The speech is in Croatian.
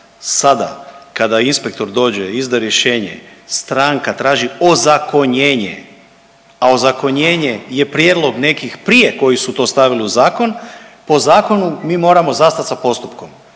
Sada kada inspektor dođe i izda rješenja stranka traži ozakonjenje, a ozakonjenje je prijedlog nekih prije koji su to stavili u zakon. Po zakonu mi moramo zastati sa postupkom.